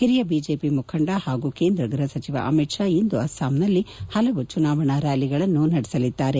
ಹಿರಿಯ ಬಿಜೆಪಿ ಮುಖಂಡ ಹಾಗೂ ಕೇಂದ್ರ ಗ್ವಹ ಸಚಿವ ಅಮಿತ್ ಷಾ ಇಂದು ಅಸ್ಬಾಂನಲ್ಲಿ ಹಲವು ಚುನಾವಣಾ ರ್ನಾಲಿಗಳನ್ನು ನಡೆಸಲಿದ್ದಾರೆ